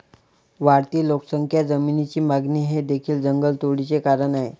वाढती लोकसंख्या, जमिनीची मागणी हे देखील जंगलतोडीचे कारण आहे